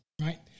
right